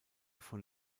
von